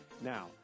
Now